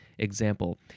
example